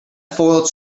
foiled